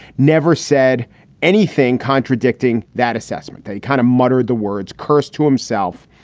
never said anything contradicting that assessment. they kind of muttered the words curse to himself.